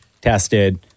tested